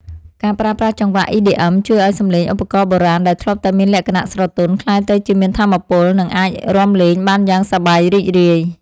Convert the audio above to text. ការប្រើប្រាស់ចង្វាក់ EDM ជួយឱ្យសំឡេងឧបករណ៍បុរាណដែលធ្លាប់តែមានលក្ខណៈស្រទន់ ក្លាយទៅជាមានថាមពល និងអាចរាំលេងបានយ៉ាងសប្បាយរីករាយ។